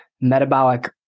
metabolic